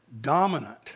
dominant